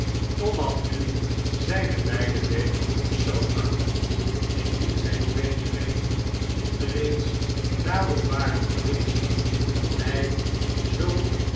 tom had nu zijne beide beenen op de sofa indien zijn tweede been niet reeds daarop ware geweest toen hij zoo